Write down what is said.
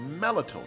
melatonin